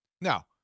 Now